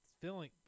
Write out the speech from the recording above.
feeling